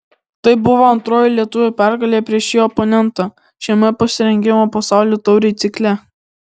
tai buvo antroji lietuvių pergalė prieš šį oponentą šiame pasirengimo pasaulio taurei cikle